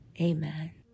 Amen